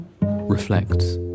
reflects